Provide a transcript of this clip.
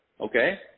okay